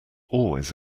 always